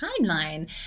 timeline